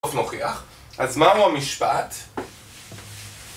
נוכיח: אז מה אמרו המשפט?